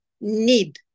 need